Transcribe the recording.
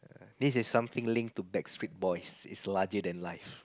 this is something link to Backstreet Boys is larger than life